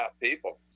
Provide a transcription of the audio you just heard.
people